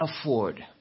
afford